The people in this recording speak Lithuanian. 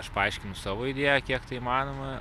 aš paaiškinu savo idėją kiek tai įmanoma